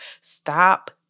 Stop